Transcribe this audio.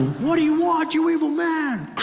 what do you want you evil man!